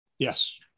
Yes